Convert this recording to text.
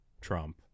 Trump